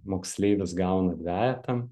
moksleivis gauna dvejetą